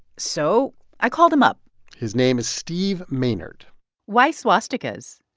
so i called him up his name is steve maynard why swastikas?